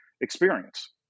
experience